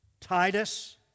Titus